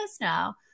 now